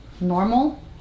normal